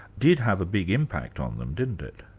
did have a big impact on them, didn't it?